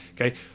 okay